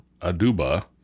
aduba